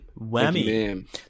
Whammy